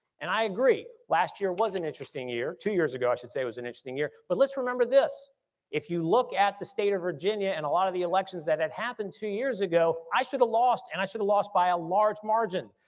and i agree last year was an interesting year, two years ago i should say was an interesting year, but let's remember this if you look at the state of virginia and a lot of the elections that had happened two years ago i should have lost and i should have lost by a large margin.